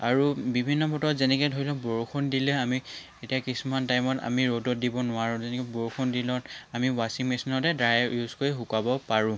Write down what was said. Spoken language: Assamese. আৰু বিভিন্ন বতৰত যেনেকৈ ধৰি লওক বৰষুণ দিলে আমি এতিয়া কিছুমান টাইমত আমি ৰ'দৰ দিব নোৱাৰোঁ যেনেকৈ বৰষুন দিনত আমি ৱাচিং মেচিনতে ড্ৰায়াৰ ইউজ কৰি শুকুৱাব পাৰোঁ